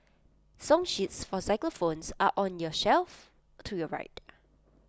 song sheets for xylophones are on your shelf to your right